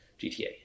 GTA